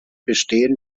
bestehen